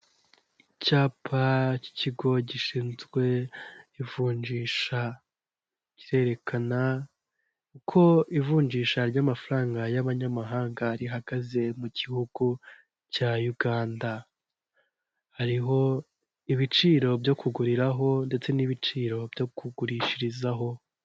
Icyapa cy'ikigo gishinzwe ivunjisha, kirerekana uko ivunjisha ry'amafaranga y'abanyamahanga rihagaze mu gihugu cya Uganda. Hariho ibiciro byo kuguriraho ndetse n'ibiciro byo kugurishirizaho.